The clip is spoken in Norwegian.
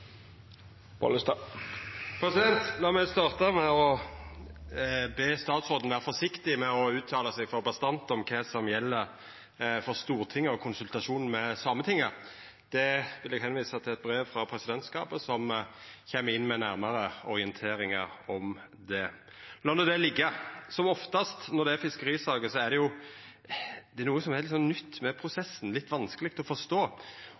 meg starta med å be statsråden vera forsiktig med å uttala seg for bastant om kva som gjeld for Stortinget om konsultasjon med Sametinget. Der vil eg visa til eit brev frå presidentskapet som kjem med nærare orienteringar om det. Men lat no det liggja. Som oftast når det er fiskerisaker, er det noko som er litt sånn nytt med prosessen, litt vanskeleg å forstå.